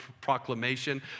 proclamation